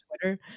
Twitter